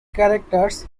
characters